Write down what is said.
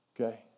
Okay